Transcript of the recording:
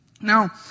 Now